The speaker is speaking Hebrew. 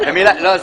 כי עד אז,